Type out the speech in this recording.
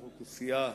אנחנו כסיעה,